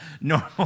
Normal